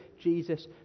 Jesus